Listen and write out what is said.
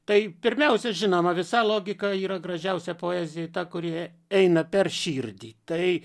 tai pirmiausia žinoma visa logika yra gražiausia poezija ta kuri eina per širdį tai